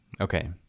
okay